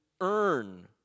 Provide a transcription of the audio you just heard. earn